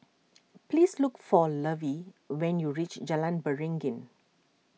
please look for Lovey when you reach Jalan Beringin